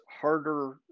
harder